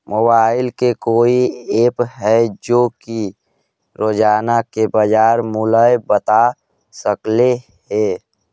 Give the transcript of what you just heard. Mobile के कोइ app है जो कि रोजाना के बाजार मुलय बता सकले हे?